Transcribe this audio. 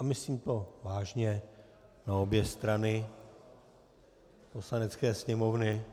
A myslím to vážně na obě strany Poslanecké sněmovny...